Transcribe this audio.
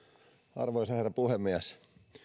arvoisa herra puhemies